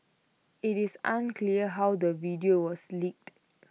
IT is unclear how the video was leaked